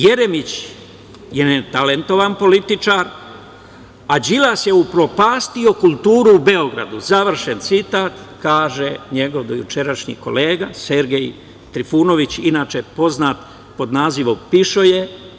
Jeremić je netalentovan političar, a Đilas je upropastio kulturu u Beograd, završen citat, kaže njegov dojučerašnji kolega Sergej Trifunović, inače poznat pod nazivom pišoje.